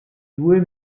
due